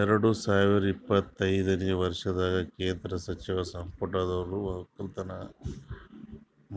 ಎರಡು ಸಾವಿರ ಇಪ್ಪತ್ತನೆ ವರ್ಷದಾಗ್ ಕೇಂದ್ರ ಸಚಿವ ಸಂಪುಟದೊರು ಒಕ್ಕಲತನ